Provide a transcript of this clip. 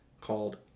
called